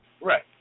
Right